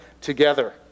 together